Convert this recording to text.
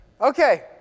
Okay